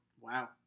Wow